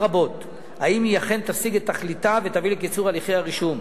רבות אם היא אכן תשיג את תכליתה ותביא לקיצור הליכי הרישום.